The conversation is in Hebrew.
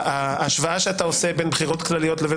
שההשוואה שאתה עושה בין בחירות כלליות לבין